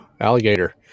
alligator